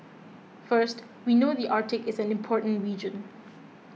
first we know the Arctic is an important region